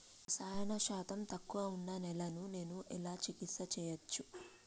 రసాయన శాతం తక్కువ ఉన్న నేలను నేను ఎలా చికిత్స చేయచ్చు?